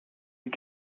you